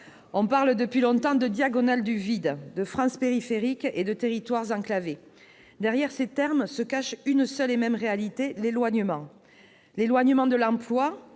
On parle depuis longtemps de « diagonale du vide », de « France périphérique » et de territoires enclavés. Derrière ces expressions, se cache une seule et même réalité : l'éloignement. L'éloignement de l'emploi,